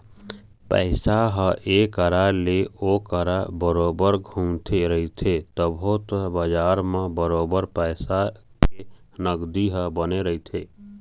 पइसा ह ऐ करा ले ओ करा बरोबर घुमते रहिथे तभे तो बजार म बरोबर पइसा के नगदी ह बने रहिथे